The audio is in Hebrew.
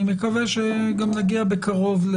אני מקווה שגם נגיע בקרוב,